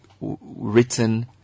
written